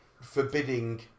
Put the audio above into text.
Forbidding